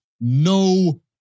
No